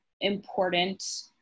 important